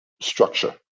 structure